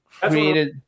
created –